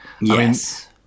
Yes